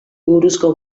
buruzko